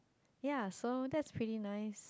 ya so that is pretty nice